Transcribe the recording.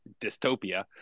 dystopia